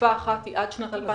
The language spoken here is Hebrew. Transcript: תקופה אחת היא עד שנת 2015,